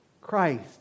Christ